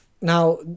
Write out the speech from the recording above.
Now